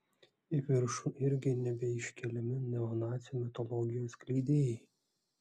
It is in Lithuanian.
į viršų irgi nebeiškeliami neonacių mitologijos skleidėjai